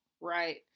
right